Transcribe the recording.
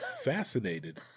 Fascinated